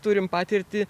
turim patirtį